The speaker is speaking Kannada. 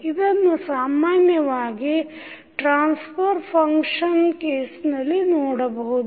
ಇದನ್ನು ಸಾಮಾನ್ಯವಾಗಿ ಟ್ರಾನ್ಸ್ಫರ್ ಫಂಕ್ಷನ್ transfer function ಕೇಸ್ನಲ್ಲಿ ನೋಡಬಹುದು